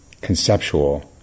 conceptual